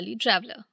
traveler